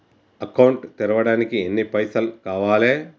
Account తెరవడానికి ఎన్ని పైసల్ కావాలే?